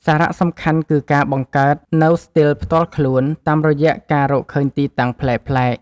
សារៈសំខាន់គឺការបង្កើតនូវស្ទីលផ្ទាល់ខ្លួន តាមរយៈការរកឃើញទីតាំងប្លែកៗ។